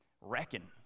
Reckon